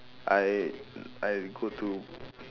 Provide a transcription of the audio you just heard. I I go to